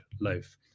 loaf